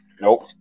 Nope